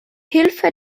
hilfe